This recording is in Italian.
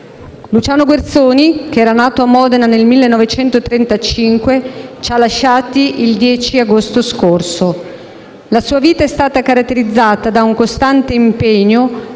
Luciano Guerzoni, che era nato a Modena nel 1935, ci ha lasciati il 10 agosto scorso. La sua vita è stata caratterizzata da un costante impegno,